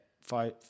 five